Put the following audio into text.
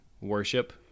worship